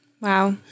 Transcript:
Wow